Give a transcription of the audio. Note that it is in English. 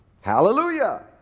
Hallelujah